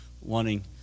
wanting